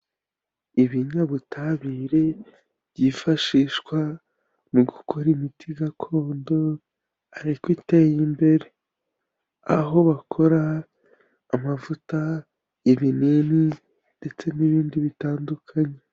Ibinyabutabire byifashishwa mu gukora imiti gakondo, ariko iteye imbere. Aho bakora amavuta, ibinini, ndetse n'ibindi bitandukanye.